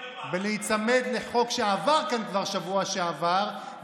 להיצמד לחוק שעבר כאן כבר בשבוע שעבר,